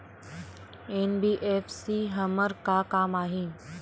NBFC हमर का काम आही?